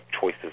choices